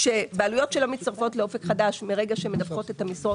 בעלויות שלא מצטרפות לאופק חדש מרגע שהן מדווחות את המשרות,